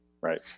Right